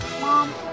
mom